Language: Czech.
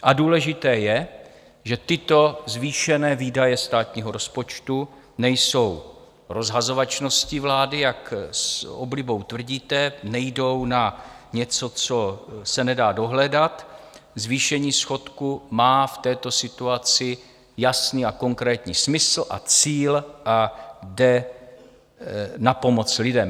A důležité je, že tyto zvýšené výdaje státního rozpočtu nejsou rozhazovačností vlády, jak s oblibou tvrdíte, nejdou na něco, co se nedá dohledat, zvýšení schodku má v této situaci jasný a konkrétní smysl a cíl a jde na pomoc lidem.